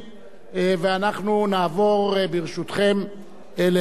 אנחנו נעבור, ברשותכם, להמשך סדר-היום.